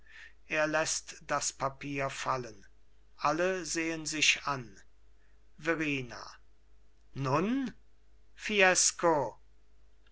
er läßt das papier fallen alle sehen sich an verrina nun